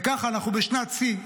וככה אנחנו בשנת שיא.